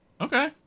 Okay